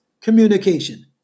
Communication